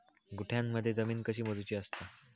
गुंठयामध्ये जमीन कशी मोजूची असता?